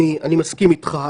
אני מסכים איתך.